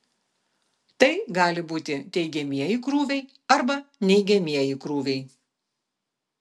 tai gali būti teigiamieji krūviai arba neigiamieji krūviai